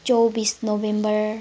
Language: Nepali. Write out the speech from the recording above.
चौबिस नोभेम्बर